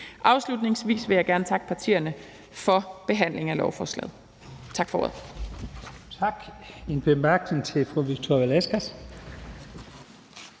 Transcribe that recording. Afslutningsvis vil jeg gerne takke partierne for behandlingen af lovforslaget. Tak for ordet.